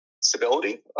stability